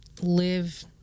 live